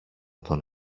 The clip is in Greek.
τον